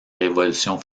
révolution